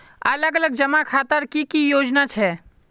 अलग अलग जमा खातार की की योजना छे?